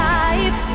life